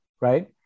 right